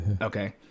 Okay